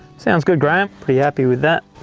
sounds good, graeme. pretty happy with that,